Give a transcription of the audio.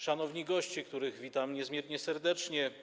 Szanowni goście, których witam niezmiernie serdecznie!